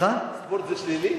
ספורט זה שלילי?